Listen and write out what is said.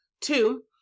two